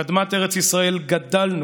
על אדמת ארץ ישראל גדלנו,